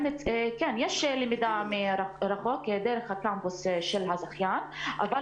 יש למידה מרחוק דרך הקמפוס של הזכיין, אבל